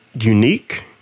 unique